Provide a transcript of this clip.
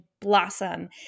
blossom